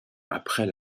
après